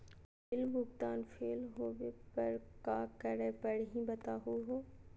Bill भुगतान fail होवे पर का करै परही, बताहु हो?